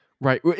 Right